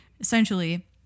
essentially